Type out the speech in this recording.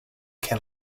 can